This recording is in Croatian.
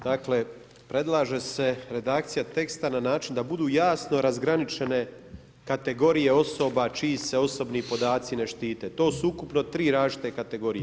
Dakle, predlaže se redakcija teksta na način da budu jasno razgraničene kategorije osoba čiji se osobni podaci ne štite, to su ukupno 3 različite kategorije.